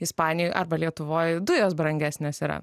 ispanijoj arba lietuvoj dujos brangesnės yra